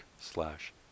slash